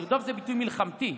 תרדוף, זה ביטוי מלחמתי.